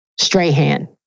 Strahan